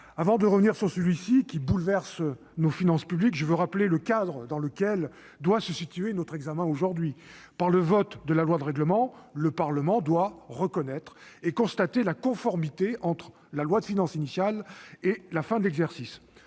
Avant de revenir sur celui-ci, qui bouleverse nos finances publiques, je veux rappeler le cadre dans lequel doit se situer notre examen d'aujourd'hui : par le vote de la loi de règlement, le Parlement doit reconnaître et constater la conformité entre la loi de finances initiale et les